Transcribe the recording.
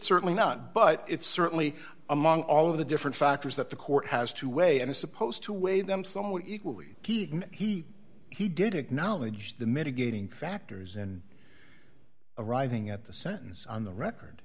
certainly not but it's certainly among all of the different factors that the court has to weigh and it's supposed to weigh them somewhat equally he he did acknowledge the mitigating factors in arriving at the sentence on the record